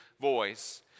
voice